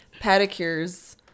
pedicures